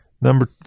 number